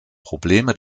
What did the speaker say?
probleme